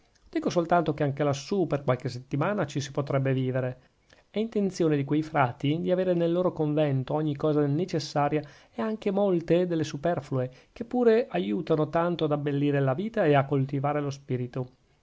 dico soltanto che anche lassù per qualche settimana ci si potrebbe vivere è intenzione di quei frati di avere nel loro convento ogni cosa necessaria ed anche molte delle superflue che pure aiutano tanto ad abbellire la vita e a coltivare lo spirito